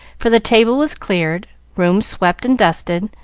for the table was cleared, room swept and dusted,